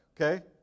okay